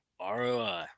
ROI